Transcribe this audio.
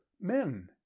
men